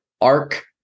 Arc